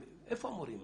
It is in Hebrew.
איפה המורים פה?